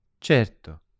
certo